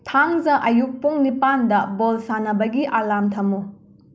ꯊꯥꯡꯖ ꯑꯥꯌꯨꯛ ꯄꯨꯡ ꯅꯤꯄꯥꯟꯗ ꯕꯣꯜ ꯁꯥꯅꯕꯒꯤ ꯑꯥꯂꯥꯝ ꯊꯝꯃꯨ